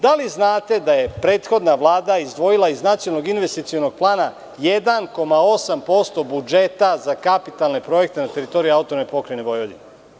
Da li znate da je prethodna Vlada izdvojila iz Nacionalnog investicionog plana 1,8% budžeta za kapitalne projekte na teritoriji AP Vojvodine?